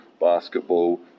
basketball